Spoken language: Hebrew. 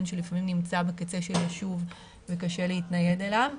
שלפעמים נמצא בקצה של ישוב וקשה להתנייד אליו.